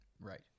Right